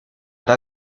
hará